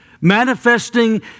Manifesting